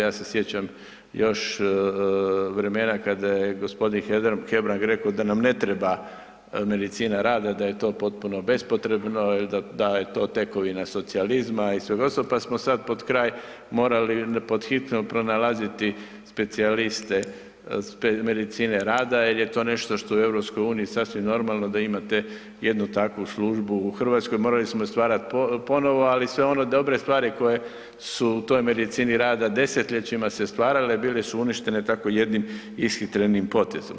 Ja se sjećam još vremena kada je g. Hebrang reko da nam ne treba medicina rada da je to potpuno bespotrebno, da je to tekovina socijalizma i svega ostalog, pa smo sad pod kraj morali pod hitno pronalaziti specijaliste medicine rada jer je to nešto što je u EU sasvim normalno da imate jednu takvu službu, u RH morali smo stvarat ponovo, ali sve one dobre stvari koje su u toj medicini rada desetljećima se stvarale bile su uništene tako jednim ishitrenim potezom.